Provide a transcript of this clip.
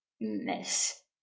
miss